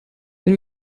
wenn